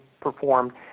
performed